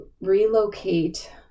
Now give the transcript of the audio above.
relocate